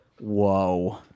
Whoa